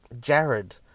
jared